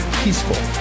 peaceful